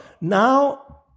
now